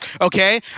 okay